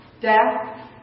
Death